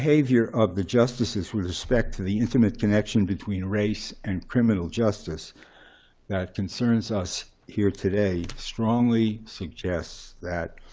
behavior of the justices with respect to the intimate connection between race and criminal justice that concerns us here today strongly suggests that,